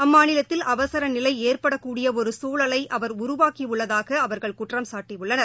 அம்மாநிலத்தில் அவசர நிலை ஏற்படக்கூடிய ஒரு சூழலை அவர் உருவாக்கியுள்ளதாக அவர்கள் குற்றம்சாட்டியுள்ளனர்